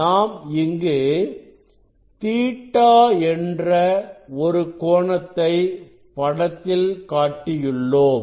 நாம் இங்கு Ɵ என்ற ஒரு கோணத்தை படத்தில் காட்டியுள்ளோம்